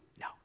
no